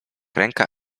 ręka